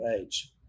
age